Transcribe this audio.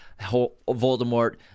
Voldemort